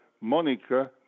Monica